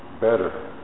better